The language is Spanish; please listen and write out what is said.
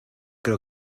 creo